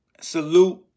salute